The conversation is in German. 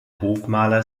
hofmaler